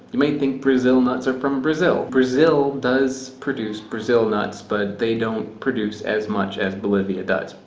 you may think brazil nuts are from brazil. brazil does produce brazil nuts but they don't produce as much as bolivia does.